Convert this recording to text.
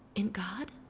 in god?